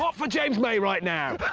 ah for james may right now!